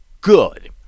good